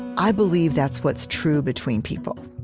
i believe that's what's true between people.